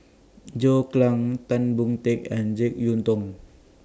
John Clang Tan Boon Teik and Jek Yeun Thong